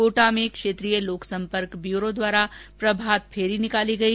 कोटा में क्षेत्रीय लोक सम्पर्क ब्यूरो द्वारा प्रभात फेरी निकाली गई